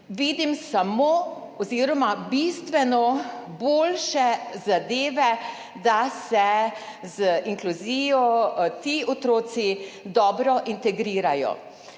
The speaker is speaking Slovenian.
vidim v tem, vidim bistveno boljše zadeve, da se z inkluzijo ti otroci dobro integrirajo.